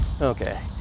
Okay